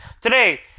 Today